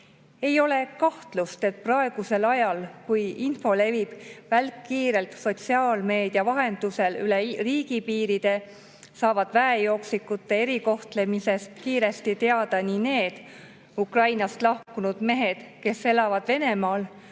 Ei ole kahtlust, et praegusel ajal, kui info levib välkkiirelt sotsiaalmeedia vahendusel üle riigipiiride, saavad väejooksikute erikohtlemisest kiiresti teada nii need Ukrainast lahkunud mehed, kes elavad Venemaal,